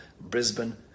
Brisbane